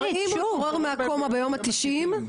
כלומר, אם הוא מתעורר מהקומה ביום ה- 90?